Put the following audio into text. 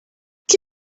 qui